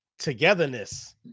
togetherness